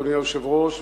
אדוני היושב-ראש,